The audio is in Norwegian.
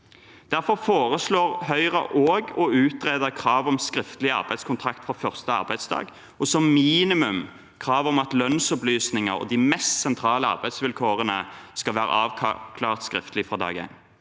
Derfor foreslår Høyre også å utrede krav om skriftlige arbeidskontrakter fra første arbeidsdag og som minimum krav om at lønnsopplysninger og de mest sentrale arbeidsvilkårene skal være avklart skriftlig fra dag én.